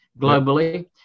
globally